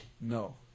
no